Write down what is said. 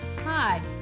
Hi